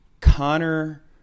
Connor